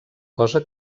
cosa